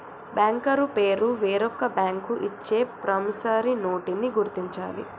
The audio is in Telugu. బ్యాంకరు పేరు వేరొక బ్యాంకు ఇచ్చే ప్రామిసరీ నోటుని గుర్తించాలి